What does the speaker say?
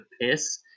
piss